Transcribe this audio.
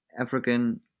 African